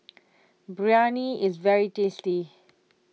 Biryani is very tasty